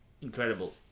Incredible